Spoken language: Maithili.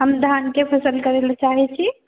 हम धानके फसल करय लेल चाहैत छी